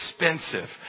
expensive